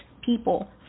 people